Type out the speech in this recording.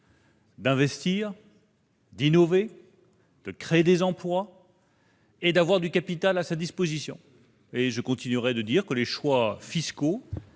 d'investir, d'innover, de créer des emplois et d'avoir du capital à sa disposition. Et je continuerai de dire que les choix fiscaux